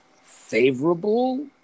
favorable